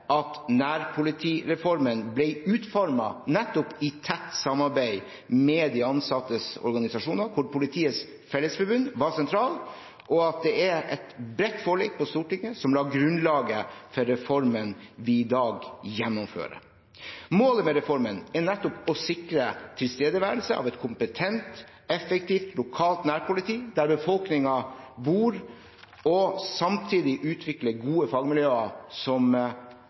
at nærpolitireformen ble utformet nettopp i tett samarbeid med de ansattes organisasjoner, hvor Politiets Fellesforbund var sentralt, og at det er et bredt forlik på Stortinget som la grunnlaget for reformen vi i dag gjennomfører. Målet med reformen er nettopp å sikre tilstedeværelse av et kompetent, effektivt, lokalt nærpoliti der befolkningen bor, og samtidig utvikle gode fagmiljøer som